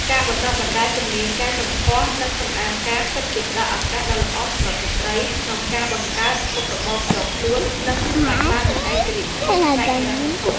ការបណ្ដុះបណ្ដាលជំនាញកែសម្ផស្ស និងសម្អាងការពិតជាផ្តល់ឱកាសដ៏ល្អសម្រាប់ស្ត្រីក្នុងការបង្កើតមុខរបរផ្ទាល់ខ្លួន និងសម្រេចបាននូវឯករាជ្យភាពផ្នែកហិរញ្ញវត្ថុ។